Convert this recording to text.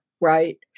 Right